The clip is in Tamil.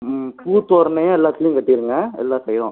ம் பூ தோரணையாக எல்லாத்துலேயும் கட்டிடுங்க எல்லாத்துலேயும்